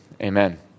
amen